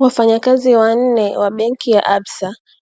Wafanyakazi wanne wa benki ya "Absa",